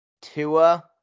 Tua